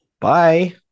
Bye